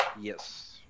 Yes